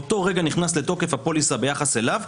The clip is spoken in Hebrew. באותו רגע נכנסת לתוקף הפוליסה ביחס אליו,